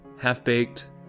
Half-Baked